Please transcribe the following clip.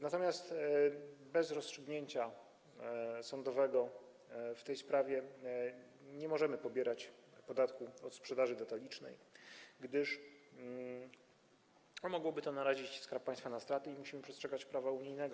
Natomiast bez rozstrzygnięcia sądowego w tej sprawie nie możemy pobierać podatku od sprzedaży detalicznej, gdyż mogłoby to narazić Skarb Państwa na straty i w końcu musimy przestrzegać prawa unijnego.